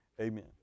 Amen